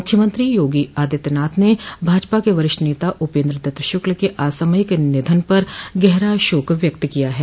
मुख्यमंत्री योगी आदित्यनाथ ने भाजपा के वरिष्ठ नेता उपेन्द्र दत्त शुक्ल के आसमयिक निधन पर गहरा शाक व्यक्त किया है